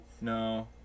No